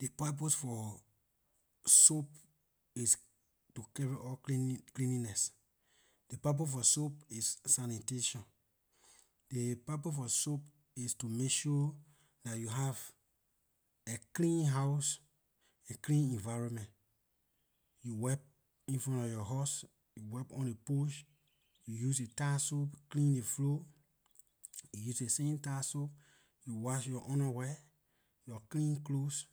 Ley purpose for soap is to carry out cleanliness ley for soap is sanitation ley purpose for soap is make sure that you have a clean house and clean environment you wipe in front lor yor house you wipe on ley porch you use ley tie soap clean ley floor you use ley same tie soap you wash yor underwear yor clean clothes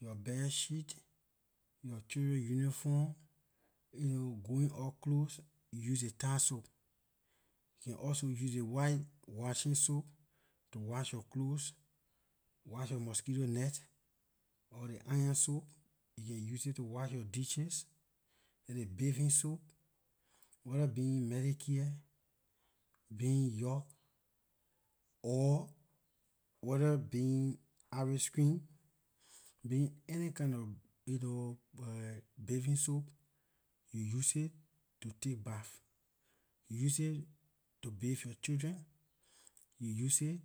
yor bedsheets yor children uniform going- out clothes you use ley tie soap you can also use ley white washing soap to wash yor clothes wash yor mosquito net or ley iron soap you can use to wash yor dishes and ley bathing soap whether been medicare been york or whether been irish spring been any kinda you know bathing soap you use it to take bath you use aay to bath yor children you use aay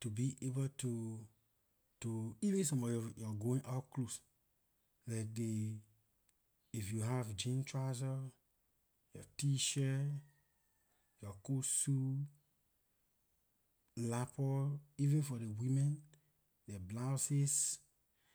to be able to- to even sommor yor going- out clothes like dey if you have jean trouser, yor t- shirt yor court suit lappa even for ley women their blouses